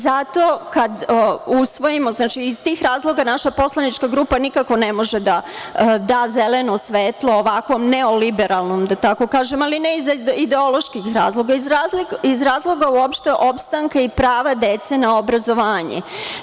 Zato kad usvojimo, znači iz tih razloga naša poslanička grupa nikako ne može da da zeleno svetlo ovakvom neoliberalnom, da tako kažem, ali ne iz ideoloških razloga, iz razloga uopšte opstanka i prava dece na obrazovanje.